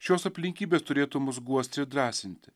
šios aplinkybės turėtų mus guosti ir drąsinti